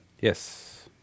Yes